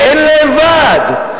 ואין להם ועד,